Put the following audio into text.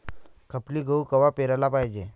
खपली गहू कवा पेराले पायजे?